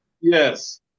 Yes